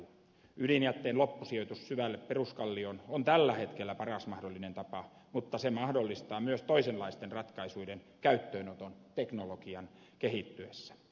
ydinjätteen loppusijoitus syvälle peruskallioon on tällä hetkellä paras mahdollinen tapa mutta se mahdollistaa myös toisenlaisten ratkaisuiden käyttöönoton teknologian kehittyessä